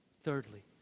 thirdly